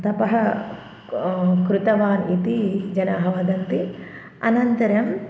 तपः कृतवान् इति जनाः वदन्ति अनन्तरम्